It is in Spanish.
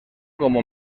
como